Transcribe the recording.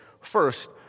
First